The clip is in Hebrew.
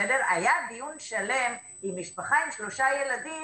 היה דיון שלם אם משפחה עם שלושה ילדים